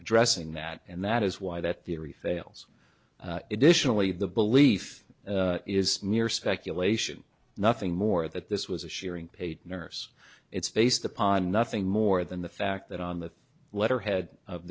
addressing that and that is why that theory fails additionally the belief is mere speculation nothing more that this was a shearing paid nurse it's based upon nothing more than the fact that on the letterhead of